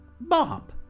Bob